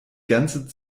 ganze